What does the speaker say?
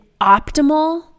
optimal